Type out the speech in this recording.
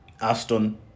Aston